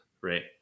right